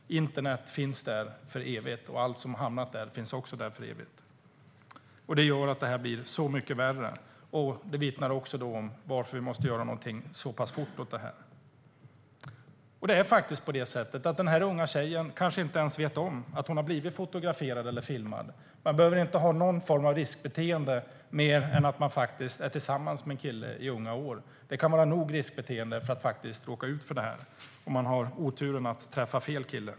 Internet finns där för evigt, och allt som hamnat där finns också för evigt. Det gör att det hela blir så mycket värre och vittnar om varför vi så fort som möjligt måste göra något åt det. Den unga flickan kanske inte ens vet om att hon har blivit fotograferad eller filmad. Hon behöver inte ha annat riskbeteende än att vara tillsammans med en kille i unga år. Det kan vara nog för att råka ut för detta om hon har oturen att träffa fel kille.